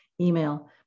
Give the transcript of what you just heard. email